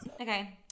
okay